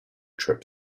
trip